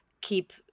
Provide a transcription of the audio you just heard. keep